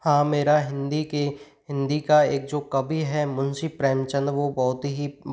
हाँ मेरा हिंदी के हिंदी का एक जो कवि है मुंशी प्रेमचंद वो बहुत ही